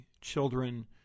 children